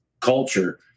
culture